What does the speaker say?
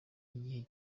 igice